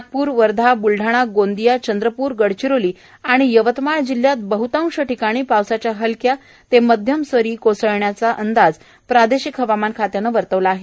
नागप्र वर्धा बुलढाणा गोंदिया चंद्रपुर गडचिरोली आणि यवतमाळ जिल्ह्यात बहतांश ठिकाणी पावसाच्या हलक्या ते माध्यम सरी कोसळण्याचा अंदाज प्रादेशिक हवामान खात्यानं वर्तविला आहे